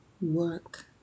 work